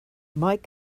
mike